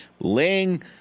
laying